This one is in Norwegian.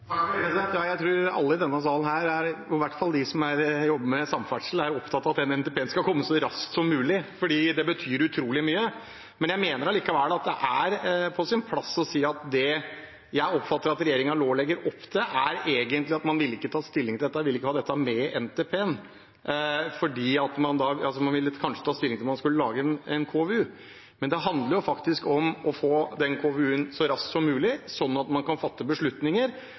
Jeg tror alle i denne salen, i hvert fall de som jobber med samferdsel, er opptatt av at den NTP-en skal komme så raskt som mulig, fordi det betyr utrolig mye. Men jeg mener allikevel det er på sin plass å si at det jeg oppfatter at regjeringen legger opp til nå, er egentlig at man ikke vil ta stilling til dette, ikke vil ta dette med i NTP-en, fordi man kanskje vil ta stilling til om man skulle lage en KVU. Det handler faktisk om å få den KVU-en så raskt som mulig, slik at man kan fatte beslutninger.